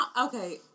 Okay